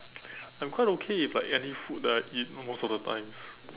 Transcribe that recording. I'm quite okay with like any food that I eat most of the time